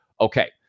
Okay